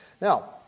Now